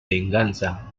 venganza